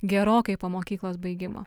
gerokai po mokyklos baigimo